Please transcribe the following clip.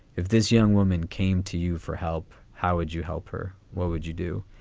if this young woman came to you for help, how would you help her? what would you do?